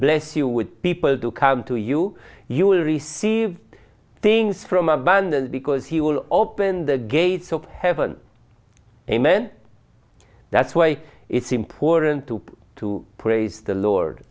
bless you with people to come to you you will receive things from abandoned because he will open the gates of heaven amen that's why it's important to to praise the lord